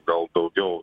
gal daugiau